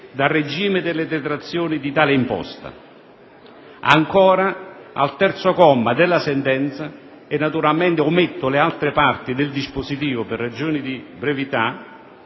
dal regime delle detrazioni di tale imposta». Ancora, al terzo comma della sentenza - naturalmente ometto le altre parti del dispositivo per ragioni di brevità